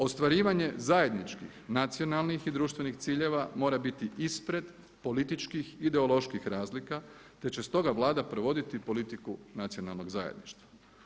Ostvarivanje zajedničkih, nacionalnih i društvenih ciljeva mora biti ispred političkih i ideoloških razlika te će stoga Vlada provoditi politiku nacionalnog zajedništva.